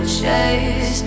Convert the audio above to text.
chase